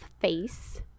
face